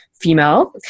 female